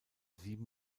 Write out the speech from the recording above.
sieben